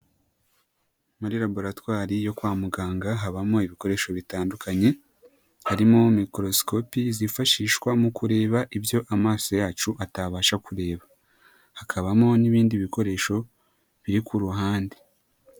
Muri laboratwari yo kwa muganga habamo ibikoresho bitandukanye, harimo mikorosikopi zifashishwa mu kureba ibyo amaso yacu atabasha kureba, hakabamo n'ibindi bikoresho biri ku ruhande.